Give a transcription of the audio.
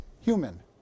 human